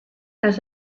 las